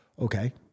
Okay